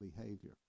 behavior